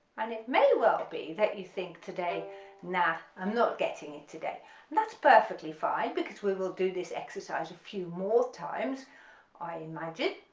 and it may well be that you think today nah i'm not getting it today that's perfectly fine because we will do this exercise a few more times i imagine,